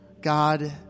God